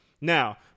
Now